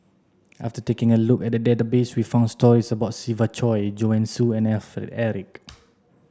after taking a look at the database we found stories about Siva Choy Joanne Soo and Alfred Eric